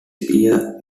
year